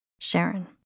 Sharon